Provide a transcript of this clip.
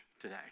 today